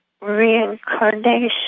reincarnation